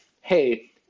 hey